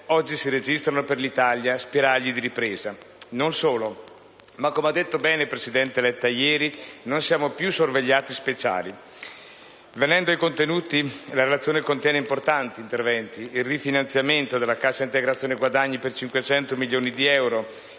oggi si registrano per l'Italia spiragli di ripresa. Non solo, ma, come ha detto bene il presidente Letta ieri, non siamo più sorvegliati speciali. Venendo ai contenuti, la Relazione contiene importanti interventi come il rifinanziamento della cassa integrazione guadagni per 500 milioni di euro;